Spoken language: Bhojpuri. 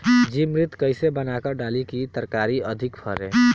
जीवमृत कईसे बनाकर डाली की तरकरी अधिक फरे?